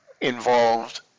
involved